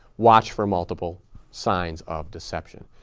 watch for multiple signs of deception.